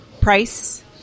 price